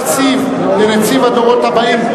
כהצעה לסדר-היום.